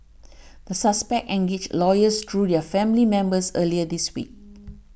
the suspects engaged lawyers through their family members earlier this week